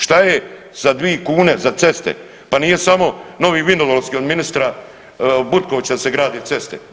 Šta je sa 2 kune za ceste, pa nije samo Novi Vinodol od ministra Butkovića se gradi ceste.